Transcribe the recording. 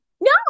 No